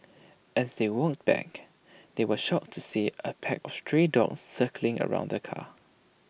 as they walked back they were shocked to see A pack of stray dogs circling around the car